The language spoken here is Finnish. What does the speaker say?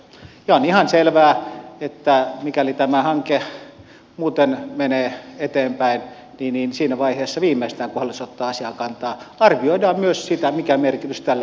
on ihan selvää että mikäli tämä hanke muuten menee eteenpäin niin siinä vaiheessa viimeistään kun hallitus ottaa asiaan kantaa arvioidaan myös sitä mikä merkitys tällä on